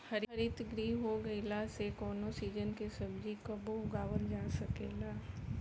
हरितगृह हो गईला से कवनो सीजन के सब्जी कबो उगावल जा सकेला